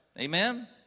Amen